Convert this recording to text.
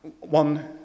One